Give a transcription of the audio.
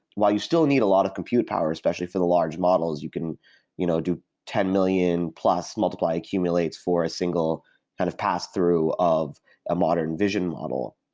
while you still need a lot of compute power, especially for the large models, you can you know do ten million plus multiply accumulates for a single kind of pass-through of a modern vision model.